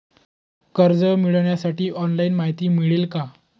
कर्ज मिळविण्यासाठी ऑनलाइन माहिती मिळेल का?